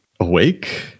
awake